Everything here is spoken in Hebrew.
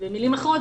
במילים אחרות,